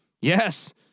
Yes